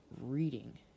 reading